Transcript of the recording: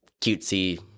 cutesy